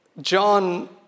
John